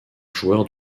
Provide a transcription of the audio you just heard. joueur